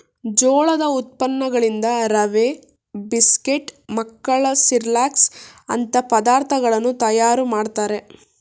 ಜೋಳದ ಉತ್ಪನ್ನಗಳಿಂದ ರವೆ, ಬಿಸ್ಕೆಟ್, ಮಕ್ಕಳ ಸಿರ್ಲಕ್ ಅಂತ ಪದಾರ್ಥಗಳನ್ನು ತಯಾರು ಮಾಡ್ತರೆ